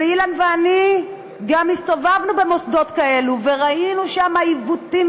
ואילן ואני גם הסתובבנו במוסדות כאלה וראינו שם עיוותים,